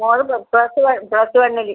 മോൾ plus one plus വണ്ണിൽ